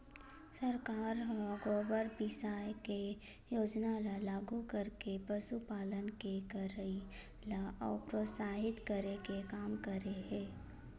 सरकार ह गोबर बिसाये के योजना ल लागू करके पसुपालन के करई ल अउ प्रोत्साहित करे के काम करे हे